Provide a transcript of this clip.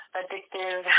addictive